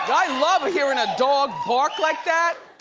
i love hearing a dog bark like that.